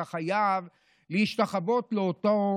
אתה חייב להשתחוות לאותה